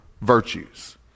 virtues